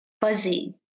fuzzy